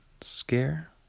Scare